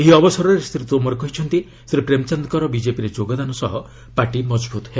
ଏହି ଅବସରରେ ଶ୍ରୀ ତୋମର କହିଛନ୍ତି ଶ୍ରୀ ପ୍ରେମ୍ଚାନ୍ଦଙ୍କ ବିକେପିରେ ଯୋଗଦାନ ସହ ପାର୍ଟି ମଜବୃତ୍ ହେବ